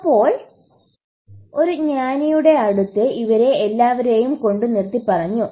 അപ്പോൾ ഒരു ജ്ഞാനിയുടെ അടുത്ത് ഇവരെ എല്ലാവരെയും കൊണ്ടു നിർത്തി പറഞ്ഞു